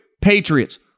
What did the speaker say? Patriots